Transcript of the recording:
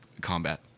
combat